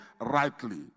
rightly